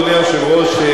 אדוני היושב-ראש,